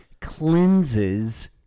cleanses